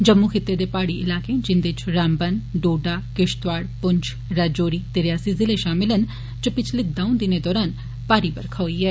जम्मू खित्ते दे पहाड़ी इलाके जिन्दे च रामबन डोडा किश्तवाड़ पुंछ राजौरी ते रियासी जिले शामल न इच पिच्छले दंऊ दिने दौरान भारी बरखा होई ऐ